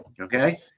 okay